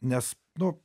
nes nu